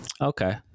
Okay